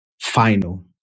final